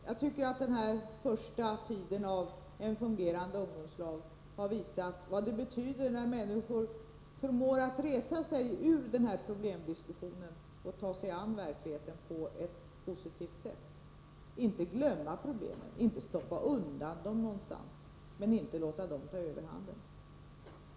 Jag tycker att den här första tiden av en fungerande ungdomslag har visat vad det betyder när människor förmår att resa sig ur den här problemsituationen och ta sig an verkligheten på ett positivt sätt. Man skall inte glömma problemen och stoppa undan dem, men man kan inte låta dem ta överhanden.